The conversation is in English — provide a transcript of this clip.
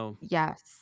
Yes